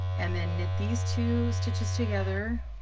and then knit these two stitches together.